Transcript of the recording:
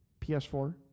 PS4